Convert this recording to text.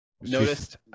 noticed